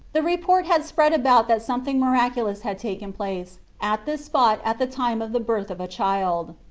the report had spread about that something miraculous had taken place at this spot at the time of the birth of a child.